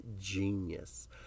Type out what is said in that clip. genius